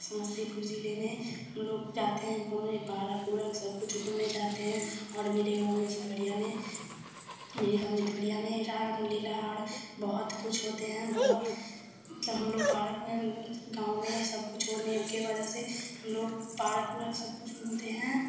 समस्तीपुर ज़िले में हम लोग जाते हैं घूमने पारक उरक सब कुछ घूमने जाते हैं और मेरे गाँव जितवड़िया में मेरे गाँव जितवड़िया में रामलीला और बहुत कुछ होता है बहुत मतलब हम लोग पारक में गाँव में सब कुछ होने की वजह से हम लोग पारक उरक सब कुछ घूमते हैं